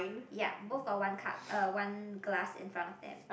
ya both got one cup uh one glass in front of them